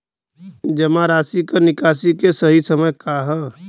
जमा राशि क निकासी के सही समय का ह?